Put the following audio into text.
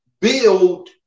build